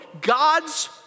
God's